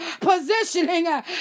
positioning